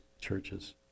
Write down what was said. churches